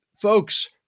folks